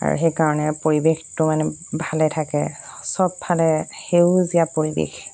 আৰু সেইকাৰণে পৰিৱেশটো মানে ভালে থাকে সবফালে সেউজীয়া পৰিৱেশ